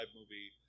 movie